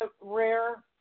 rare